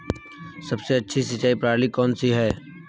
सबसे अच्छी सिंचाई प्रणाली कौन सी है?